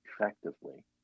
effectively